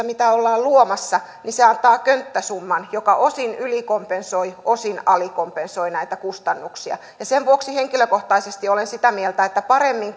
mitä ollaan luomassa antaa könttäsumman joka osin ylikompensoi osin alikompensoi näitä kustannuksia ja sen vuoksi henkilökohtaisesti olen sitä mieltä että paremmin